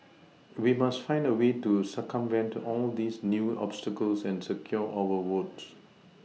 we must find a way to circumvent all these new obstacles and secure our votes